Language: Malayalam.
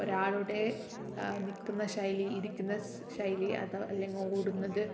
ഒരാളുടെ നിൽക്കുന്ന ശൈലി ഇരിക്കുന്ന ശൈലി അതോ അല്ലെങ്കിൽ ഓടുന്നത്